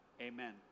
Amen